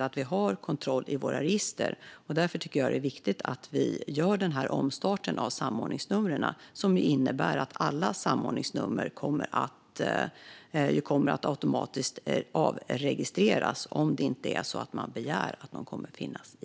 att vi har kontroll över våra register, vilket jag också påpekar, och därför är det viktigt att vi gör en omstart av samordningsnumren. Detta innebär att alla samordningsnummer automatiskt kommer att avregistreras om det inte är så att man begär att de ska finnas kvar.